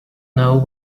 know